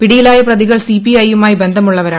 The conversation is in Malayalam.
പിടിയിലായ പ്രതികൾ സിപിഐയുമായി ബന്ധമുള്ളവരാണ്